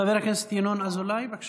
חבר הכנסת ינון אזולאי, בבקשה.